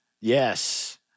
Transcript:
Yes